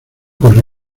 por